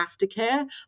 aftercare